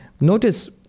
Notice